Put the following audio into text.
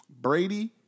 Brady